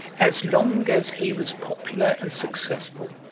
as long as he was popular and successful,